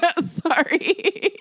sorry